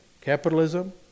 capitalism